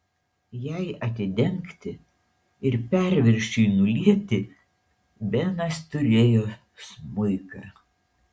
jai atidengti ir perviršiui nulieti benas turėjo smuiką